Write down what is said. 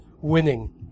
Winning